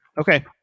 okay